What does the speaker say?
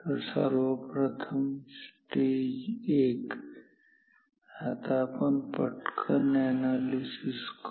तर सर्वप्रथम स्टेज 1 आपण पटकन अॅनालिसिस करू